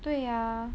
对 ah